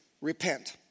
repent